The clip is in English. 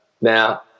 Now